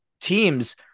teams